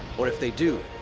or if they do,